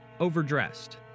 Overdressed